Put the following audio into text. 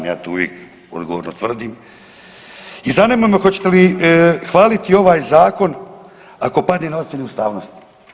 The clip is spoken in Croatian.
Ja to uvijek odgovorno tvrdim i zanima me hoćete li hvaliti ovaj zakon ako padne na ocjeni ustavnosti.